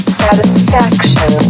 satisfaction